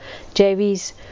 JV's